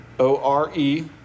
O-R-E